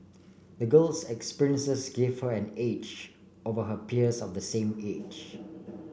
the girl's experiences gave her an edge over her peers of the same age